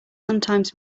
sometimes